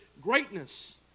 greatness